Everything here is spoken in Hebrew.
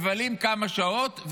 מבלים כמה שעות,